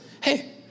hey